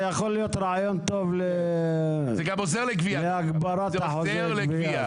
זה יכול להיות רעיון טוב להגברת אחוזי הגבייה.